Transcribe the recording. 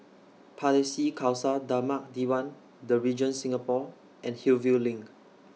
Pardesi Khalsa Dharmak Diwan The Regent Singapore and Hillview LINK